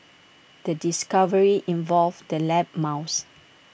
the discovery involved the lab mouse